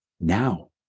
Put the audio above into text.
now